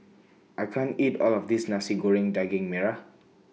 I can't eat All of This Nasi Goreng Daging Merah